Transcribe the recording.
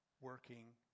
working